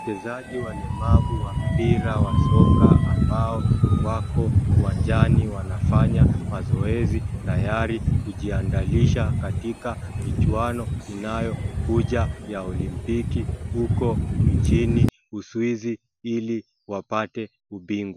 Wachezaji walemavu wa mpira wa soka ambao wako uwanjani wanafanya mazoezi tayari kujiandalisha katika michuano inayo kuja ya olimpiki huko inchini Uswizi ili wapate ubingwa.